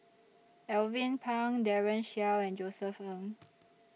Alvin Pang Daren Shiau and Josef Ng